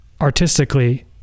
artistically